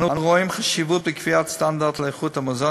אנו רואים חשיבות בקביעת סטנדרט לאיכות המזון